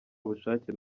bushake